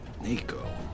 Nico